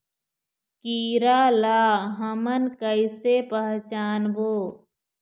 कीरा ला हमन कइसे पहचानबो?